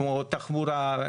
כמו תחבורה,